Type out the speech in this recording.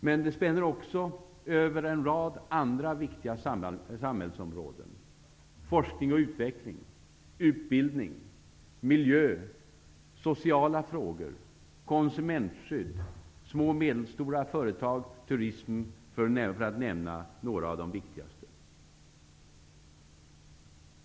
Men det spänner också över en rad andra viktiga samhällsområden: forskning och utveckling, utbildning, miljö, sociala frågor, konsumentskydd, små och medelstora företag och turism, för att nämna några av de viktigaste.